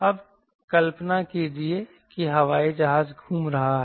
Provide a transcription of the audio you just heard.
अब कल्पना कीजिए कि हवाई जहाज घूम रहा है